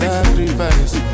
Sacrifice